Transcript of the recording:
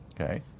okay